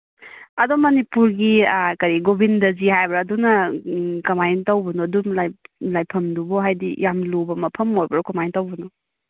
ꯑꯗꯣ ꯃꯅꯤꯄꯨꯔꯒꯤ ꯀꯩ ꯒꯣꯕꯤꯟꯗꯖꯤ ꯍꯥꯏꯕ꯭ꯔꯥ ꯑꯗꯨꯅ ꯀꯃꯥꯏ ꯇꯧꯕꯅꯣ ꯑꯗꯨꯝ ꯂꯥꯏꯐꯝꯗꯨꯕꯣ ꯍꯥꯏꯗꯤ ꯌꯥꯝ ꯂꯨꯕ ꯃꯐꯝ ꯑꯣꯏꯕ꯭ꯔꯥ ꯀꯃꯥꯏ ꯇꯧꯕꯅꯣ